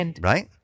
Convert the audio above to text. Right